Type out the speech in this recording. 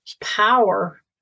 power